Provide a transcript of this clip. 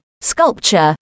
sculpture